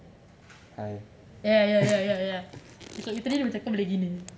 ya ya ya because literally kau boleh macam gini